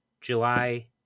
July